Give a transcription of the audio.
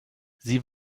sie